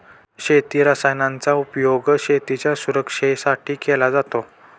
शेती रसायनांचा उपयोग शेतीच्या सुरक्षेसाठी केला जातो